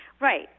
Right